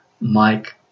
Mike